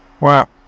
Wow